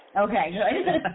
Okay